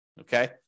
Okay